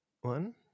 one